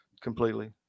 completely